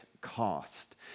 cost